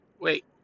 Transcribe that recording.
Wait